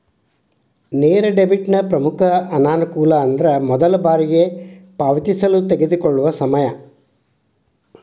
ನೇರ ಡೆಬಿಟ್ನ ಪ್ರಮುಖ ಅನಾನುಕೂಲವೆಂದರೆ ಮೊದಲ ಬಾರಿಗೆ ಪಾವತಿಸಲು ತೆಗೆದುಕೊಳ್ಳುವ ಸಮಯ